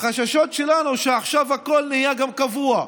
החששות שלנו הם שעכשיו הכול נהיה קבוע.